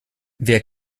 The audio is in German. wer